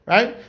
Right